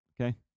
okay